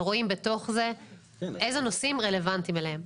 ורואים בתוך זה איזה נושאים רלוונטיים אליהם.